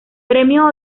premio